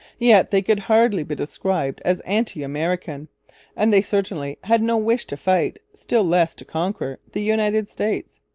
yet they could hardly be described as anti-american and they certainly had no wish to fight, still less to conquer, the united states.